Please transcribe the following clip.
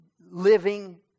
living